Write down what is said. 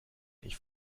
ich